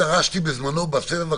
אני פחות מתעסקת בזה במשרד.